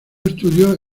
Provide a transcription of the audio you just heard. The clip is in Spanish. estudios